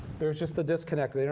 there's just a disconnect.